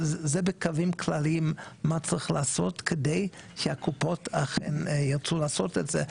זה בקווים כללים מה צריך לעשות כדי שהקופות אכן ירצו לעשות את זה?